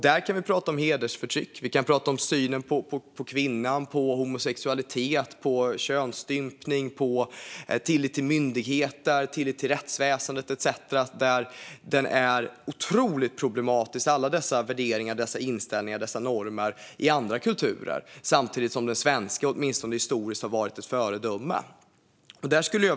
Där har vi hedersförtryck, synen på kvinnan, homosexualitet och könsstympning, tilliten till myndigheter och rättsväsen etcetera. Alla dessa värderingar, inställningar och normer är otroligt problematiska i andra kulturer, samtidigt som den svenska, åtminstone historiskt, har varit ett föredöme.